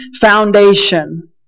foundation